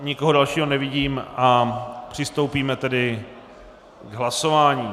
Nikoho dalšího nevidím, přistoupíme tedy k hlasování.